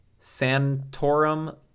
santorum